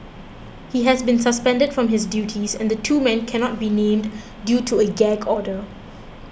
he has been suspended from his duties and the two men cannot be named due to a gag order